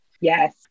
Yes